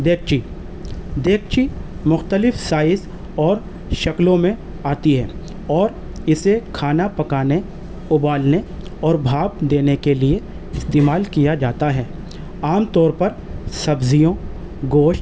دیگچی دیگچی مختلف سائز اور شکلوں میں آتی ہے اور اسے کھانا پکانے ابالنے اور بھاپ دینے کے لیے استعمال کیا جاتا ہے عام طور پر سبزیوں گوشت